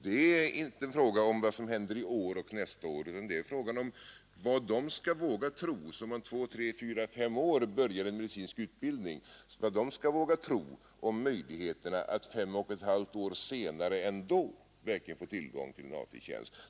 Det är inte fråga om vad som händer i år eller nästa år, utan vad de studerande som om tre—fem år börjar en medicinsk utbildning skall våga tro om möjligheterna att fem och ett halvt år senare verkligen få tillgång till en AT-tjänst.